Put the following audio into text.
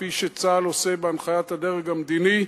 כפי שצה"ל עושה בהנחיית הדרג המדיני,